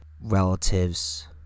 relatives